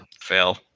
Fail